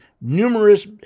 numerous